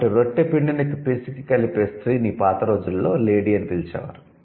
కాబట్టి రొట్టె పిండిని పిసికి కలిపే స్త్రీని పాత రోజులలో 'లేడీ' అని పిలిచేవారు